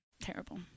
Terrible